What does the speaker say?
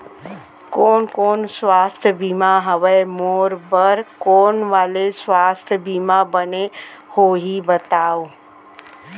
कोन कोन स्वास्थ्य बीमा हवे, मोर बर कोन वाले स्वास्थ बीमा बने होही बताव?